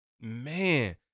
Man